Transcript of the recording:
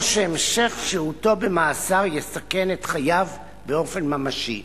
או שהמשך שהותו במאסר יסכן את חייו באופן ממשי.